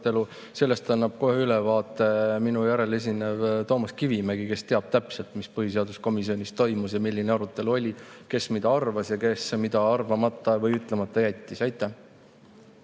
annab kohe ülevaate minu järel esinev Toomas Kivimägi, kes teab täpselt, mis põhiseaduskomisjonis toimus ja milline arutelu seal oli ning kes mida arvas ja kes mida arvamata või ütlemata jättis. Heiki